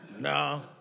No